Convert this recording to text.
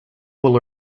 will